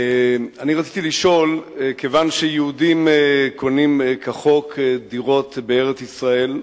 אני רציתי לשאול: כיוון שיהודים קונים כחוק דירות בארץ-ישראל,